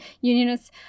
unionists